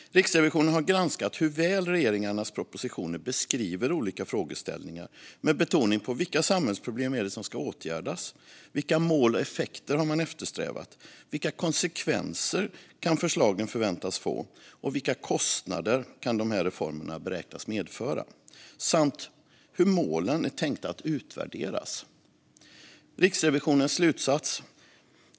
Riksrevisionen har granskat hur väl regeringarnas propositioner beskriver olika frågeställningar med betoning på vilka samhällsproblem som ska åtgärdas, vilka mål och effekter man har eftersträvat, vilka konsekvenser som förslagen kan förväntas få, vilka kostnader som reformerna kan beräknas medföra samt hur målen är tänkta att utvärderas.